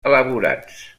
elaborats